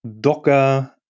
Docker